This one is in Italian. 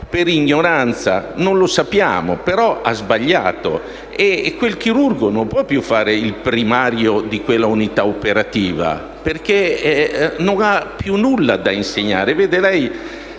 per ignoranza, ma ha sbagliato e quel chirurgo non può più fare il primario di quell'unità operativa, perché non ha più nulla da insegnare.